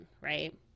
Right